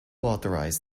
authorised